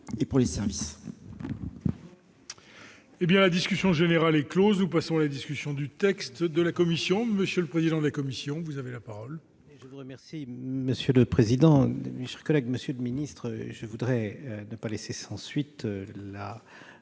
et pour les services.